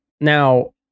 Now